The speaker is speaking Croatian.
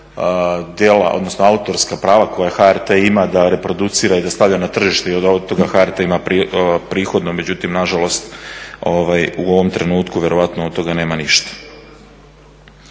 odnosno autorska prava koja HRT ima da reproducira i da stavlja na tržište i od toga HRT ima prihod međutim nažalost u ovom trenutku vjerojatno od toga nema ništa.